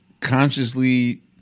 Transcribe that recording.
consciously